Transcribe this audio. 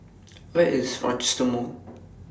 Where IS Rochester Mall